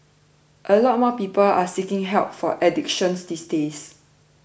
a lot more people are seeking help for addictions these days